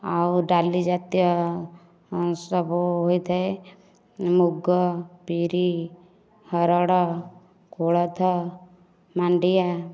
ଆଉ ଡାଲିଜାତୀୟ ସବୁ ହୋଇଥାଏ ମୁଗ ବିରି ହରଡ଼ କୋଳଥ ମାଣ୍ଡିଆ